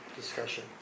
discussion